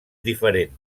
diferent